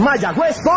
Mayagüez